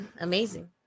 amazing